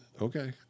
Okay